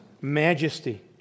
majesty